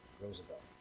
Roosevelt